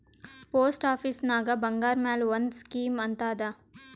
post ಆಫೀಸ್ನಾಗ್ ಬಂಗಾರ್ ಮ್ಯಾಲ ಒಂದ್ ಸ್ಕೀಮ್ ಅಂತ್ ಅದಾ